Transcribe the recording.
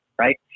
Right